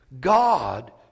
God